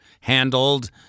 handled